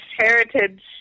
heritage